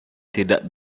tidak